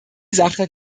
sache